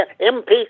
MP